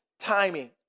timing